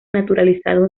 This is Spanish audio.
naturalizado